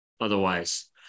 otherwise